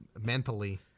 mentally